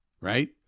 right